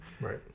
Right